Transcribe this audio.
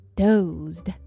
dozed